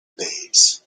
babes